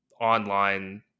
online